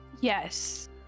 Yes